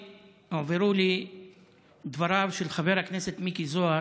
הועברו לי דבריו של חבר הכנסת מיקי זוהר,